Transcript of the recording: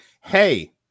hey